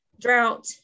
drought